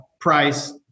price